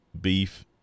beef